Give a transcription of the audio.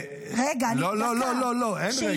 רגע --- לא לא לא, אין רגע.